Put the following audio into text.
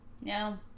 No